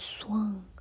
swung